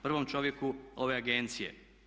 Prvom čovjeku ove agencije?